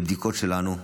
בבדיקות שלנו,